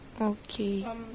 Okay